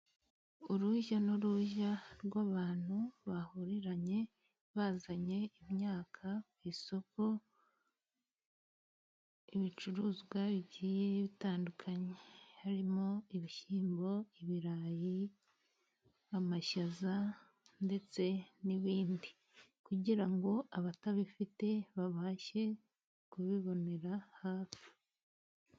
Urujya n'uruza rw'abantu bahuriranye bazanye imyaka ku isoko, ibicuruzwa bigiye bitandukanye, harimo ibishyimbo, ibirayi, amashaza ndetse n'ibindi kugira ngo abatabifite babashe kubibonera hafi.